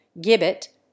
Gibbet